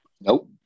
Nope